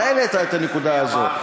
אתה העלית את הנקודה הזאת.